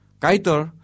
kaitor